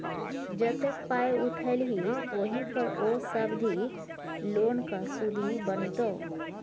जतेक पाय उठेलही ओहि पर ओ सावधि लोनक सुदि बनितौ